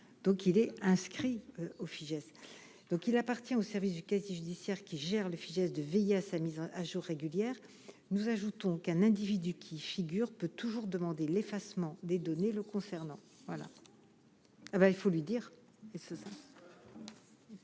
donc il est inscrit au Fijais donc il appartient au service du casier judiciaire, qui gère le fief de veiller à sa mise à jour régulière nous ajoutons qu'un individu qui figure peut toujours demander l'effacement des données le concernant, voilà, ben il faut lui dire. Et ce.